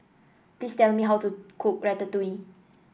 please tell me how to cook Ratatouille